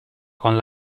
con